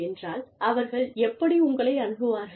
என்றால் அவர்கள் எப்படி உங்களை அணுகுவார்கள்